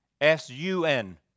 S-U-N